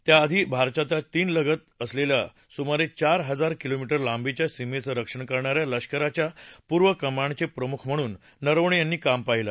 त्याआधी भारताच्या चीनलगत असलेल्या सुमारे चार हजार किलोमीटर लांबीच्या सीमेचं रक्षण करणा या लघ्कराच्या पूर्व कमांडचे प्रमुख म्हणून नरवणे यांनी काम पाहिलं